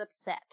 upset